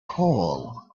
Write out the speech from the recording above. hole